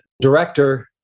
director